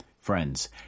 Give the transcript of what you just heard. friends